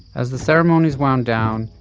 as the ceremonies wound down,